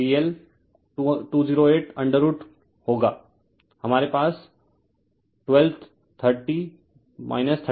तो यह P2VL 208√ होगा हमारे पास 12 30 3687 o हैं